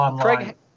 Craig